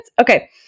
Okay